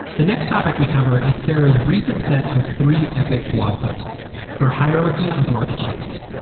the next topic we cover is sarahaeurs recent set of three epic blog postsaeur her hierarchy of marketplaces.